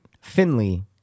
Finley